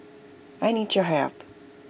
I need your help